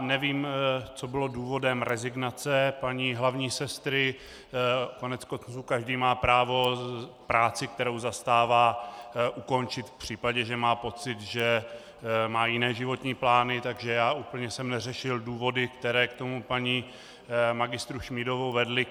Nevím, co bylo důvodem rezignace paní hlavní sestry, koneckonců každý má právo práci, kterou zastává, ukončit v případě, že má pocit, že má jiné životní plány, takže jsem úplně neřešil důvody, které k tomu paní magistru Šmídovou vedly.